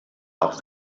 auch